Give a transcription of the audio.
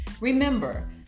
Remember